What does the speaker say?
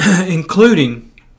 including